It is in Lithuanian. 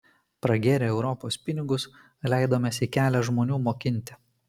pragėrę europos pinigus leidomės į kelią žmonių mokinti